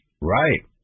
Right